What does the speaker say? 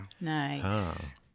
Nice